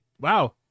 Wow